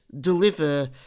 deliver